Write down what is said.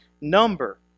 number